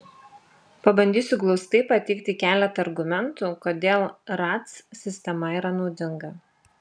pabandysiu glaustai pateikti keletą argumentų kodėl ratc sistema yra naudinga